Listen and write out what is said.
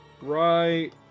right